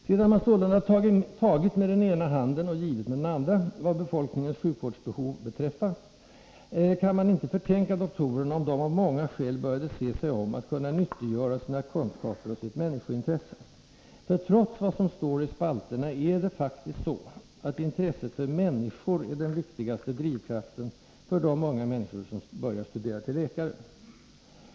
Sedan man sålunda tagit med den ena handen och givit med den andra, vad befolkningens sjukvårdsbehov beträffar, kan man inte förtänka doktorerna om de, av många skäl, började se sig om efter möjligheter att nyttiggöra sina kunskaper och sitt människointresse — för trots vad som står i spalterna är det faktiskt så, att intresset för människor är den viktigaste drivkraften för de unga människor som börjar studera till läkare.